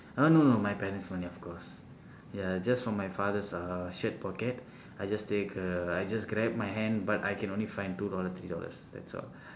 uh no no my parents money of course ya just from my father's uh shared pocket I just take err I just grab my hand but I can only find two dollars three dollars that's all